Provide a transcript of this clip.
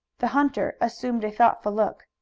the hunter assumed a thoughtful look.